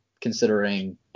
considering